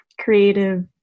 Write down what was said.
creative